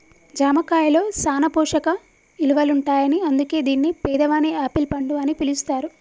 జామ కాయలో సాన పోషక ఇలువలుంటాయని అందుకే దీన్ని పేదవాని యాపిల్ పండు అని పిలుస్తారు